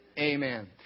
Amen